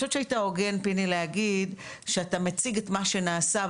היית הוגן להגיד שאתה מציג את מה שנעשה,